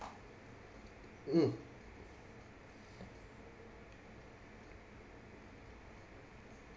mm